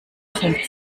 fängt